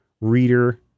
reader